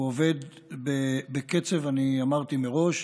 המינהל עובד, הוא עובד בקצב, אני אמרתי מראש,